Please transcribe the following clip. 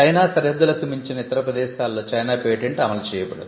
China సరిహద్దులకు మించిన ఇతర ప్రదేశాలలో చైనా పేటెంట్ అమలు చేయబడదు